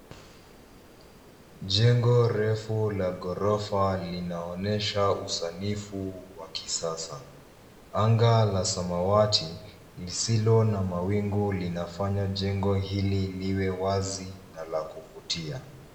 Jengo refu la ghorofa linaonyesha usanifu wa kisasa. Anga la samawati lisilo na mawingu linafanya jengo hili liwe wazi na la kuvutia.